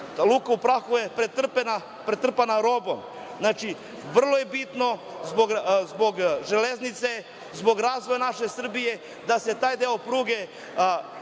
Luka u Prahovu je pretrpana robom. Znači, vrlo je bitno zbog železnice, zbog razvoja naše Srbije da se taj deo pruge